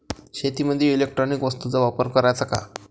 शेतीमंदी इलेक्ट्रॉनिक वस्तूचा वापर कराचा का?